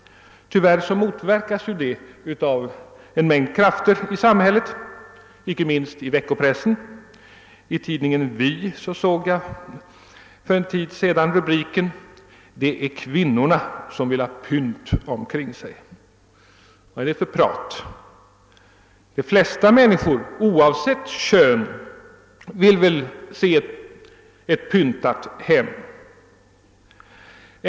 Tyvärr motverkas en sådan tendens av en mängd krafter i samhället, icke minst i veckopressen. I tidningen Vi såg jag för en tid sedan följande rubrik: »Det är kvinnorna som vill ha pynt omkring sig.» Vad är det för prat? De flesta människor oavsett kön vill väl se ett pyntat hem.